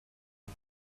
box